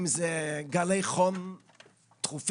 אם זה גלי חום תכופים,